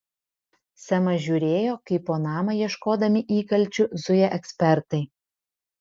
semas žiūrėjo kaip po namą ieškodami įkalčių zuja ekspertai